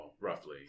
roughly